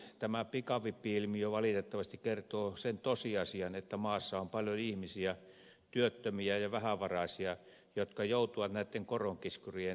tämä pikavippi ilmiö valitettavasti kertoo sen tosiasian että maassa on paljon ihmisiä työttömiä ja vähävaraisia jotka joutuvat näitten koronkiskurien uhreiksi